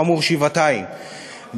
חמור שבעתיים,